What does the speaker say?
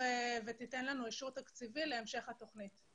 ותיתן לנו אישור תקציבי להמשך התוכנית.